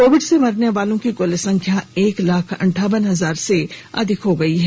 Covid से मरने वालों की कुल संख्या एक लाख अंठावन हजार से अधिक हो गई है